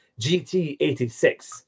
GT86